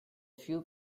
few